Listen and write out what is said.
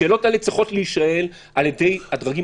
השאלות האלה צריכות להישאל על ידי הדרגים